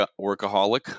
workaholic